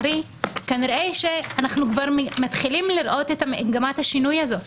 כנראה שאנחנו כבר מתחילים לראות את מגמת השינוי הזאת.